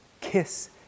kiss